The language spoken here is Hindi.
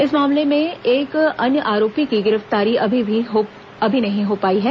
इस मामले के एक अन्य आरोपी की गिरफ्तारी अभी नहीं हो पाई है